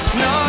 no